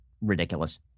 ridiculous